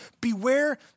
Beware